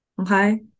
Okay